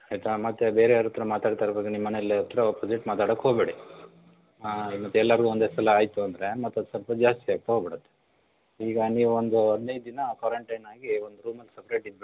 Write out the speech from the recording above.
ಆಯ್ತಾ ಮತ್ತೆ ಬೇರೆಯವರತ್ರ ಮಾತಾಡ್ತಾಯಿರುವಾಗ ನಿಮ್ಮನೆಲ್ಲಿ ಒಪೊಸಿಟ್ ಮಾತಾಡೋಕ್ಕೆ ಹೋಬೇಡಿ ಹಾಂ ಮತ್ತೆ ಎಲ್ರಿಗೂ ಒಂದೇ ಸಲ ಆಯ್ತು ಅಂದರೆ ಮತ್ತದು ಸ್ವಲ್ಪ ಜಾಸ್ತಿಯಾಗ್ತಾ ಹೋಗ್ಬಿಡುತ್ತೆ ಈಗ ನೀವು ಒಂದು ಹದ್ನೈದು ದಿನ ಕ್ವಾರಂಟೈನಾಗಿ ಒಂದು ರೂಮಲ್ಲಿ ಸಪ್ರೇಟ್ ಇದ್ದುಬಿಡಿ